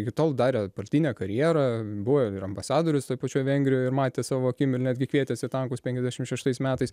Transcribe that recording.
iki tol darė partinę karjerą buvo ir ambasadorius toj pačioj vengrijoj ir matė savo akim ir netgi kvietėsi tankus penkiasdešim šeštais metais